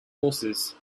courses